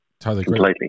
completely